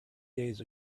days